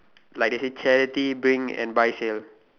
like they say charity bring and buy sale